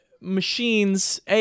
machines